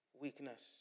weakness